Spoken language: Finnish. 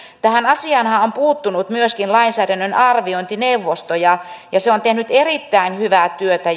tähän asiaanhan on puuttunut myöskin lainsäädännön arviointineuvosto ja ja se on tehnyt erittäin hyvää työtä